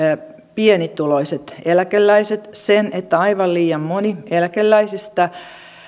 pienituloiset eläkeläiset sen että aivan liian moni eläkeläisistä